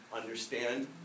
understand